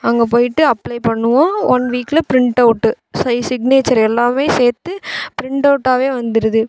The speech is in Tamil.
அங்கே போயிட்டு அப்ளை பண்ணுவோம் ஒன் வீக்கில் ப்ரிண்டவுட்டு சை சிக்னேச்சர் எல்லாம் சேர்த்து ப்ரிண்டவுடாகவே வந்துடுது